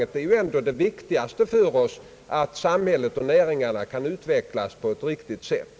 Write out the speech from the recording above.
Det är ju ändå det viktigaste för oss att samhället och näringarna kan utvecklas på ett riktigt sätt.